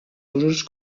usos